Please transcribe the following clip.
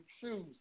shoes